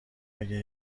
اگه